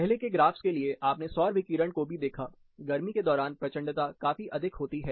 पहले के ग्राफ़स के लिए आपने सौर विकिरण को भी देखा गर्मी के दौरान प्रचंडता काफी अधिक होती है